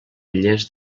lles